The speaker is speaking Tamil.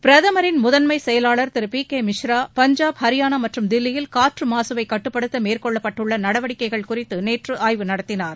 பிரதமரின் முதன்மைச் செயலாளர் திரு பி கே மிஸ்ரா பஞ்சாப் ஹரியானா மற்றும் தில்லியில் காற்று மாசுவை கட்டுப்படுத்த மேற்கொள்ளப்பட்டுள்ள நடவடிக்கைகள் குறித்து நேற்று ஆய்வு நடத்தினார்